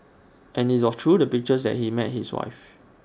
and IT all through the pictures that he met his wife